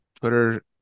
Twitter